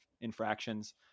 infractions